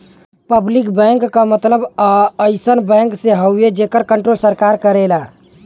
public bank क मतलब अइसन बैंक से हउवे जेकर कण्ट्रोल सरकार करेला